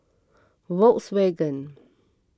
Volkswagen